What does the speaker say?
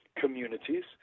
communities